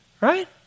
Right